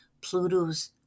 Pluto's